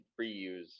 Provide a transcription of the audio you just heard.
reuse